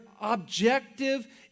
objective